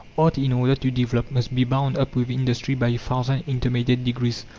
art, in order to develop, must be bound up with industry by a thousand intermediate degrees,